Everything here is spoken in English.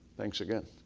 thanks again.